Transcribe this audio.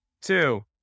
Two